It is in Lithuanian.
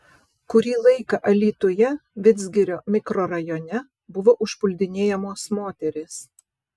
kurį laiką alytuje vidzgirio mikrorajone buvo užpuldinėjamos moterys